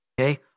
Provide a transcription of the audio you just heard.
Okay